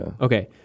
Okay